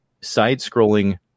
side-scrolling